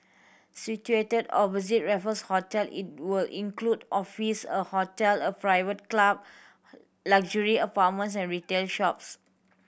situated opposite Raffles Hotel it will include office a hotel a private club luxury apartments and retail shops